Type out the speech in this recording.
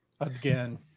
again